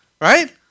Right